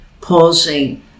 pausing